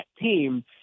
team